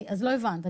לא הבנת.